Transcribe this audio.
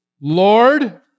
Lord